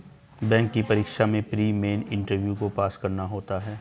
bank की परीक्षा में प्री, मेन और इंटरव्यू को पास करना होता है